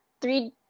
three